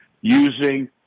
using